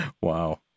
Wow